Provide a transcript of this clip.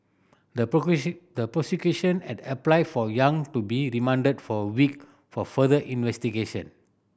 the the prosecution had applied for Yang to be remanded for a week for further investigation